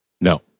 No